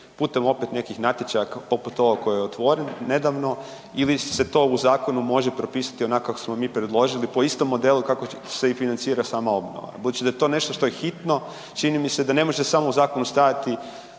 putem opet nekih natječaja, poput ovog koji je otvoren nedavno ili se to u zakonu može propisati onako kako smo mi predložili po istom modelu kako se i financira sama obnova? Budući da je to nešto što je hitno čini mi se da ne može samo u zakonu stajati